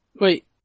Wait